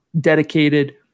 dedicated